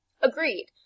Agreed